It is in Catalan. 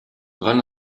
van